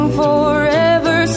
forever